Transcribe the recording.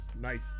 Nice